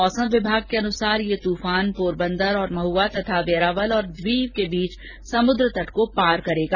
मौसम विभाग के अनुसार यह तूफान पोरबंदर और महवा तथा वेरावल और दीव के बीच समुद्र तट को पार करेगा